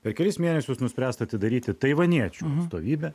per kelis mėnesius nuspręsta atidaryti taivaniečių atstovybę